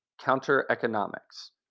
Counter-Economics